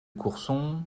courson